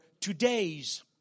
today's